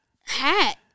hat